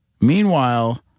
Meanwhile